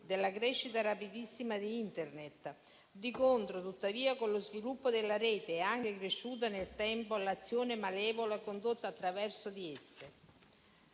dalla crescita rapidissima di Internet; di contro, tuttavia, con lo sviluppo della Rete è anche cresciuta nel tempo l'azione malevola condotta attraverso di esse.